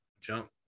jump